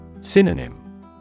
Synonym